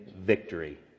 victory